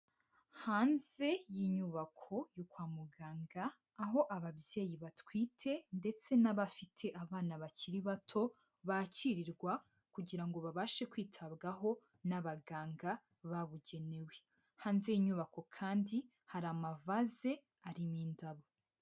Hanze y'inyubako yo kwa muganga, aho ababyeyi batwite ndetse n'abafite abana bakiri bato bakirirwa kugira ngo babashe kwitabwaho n'abaganga babugenewe, hanze y'inyubako kandi hari amavaze arimo indabo.